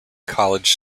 college